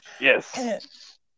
Yes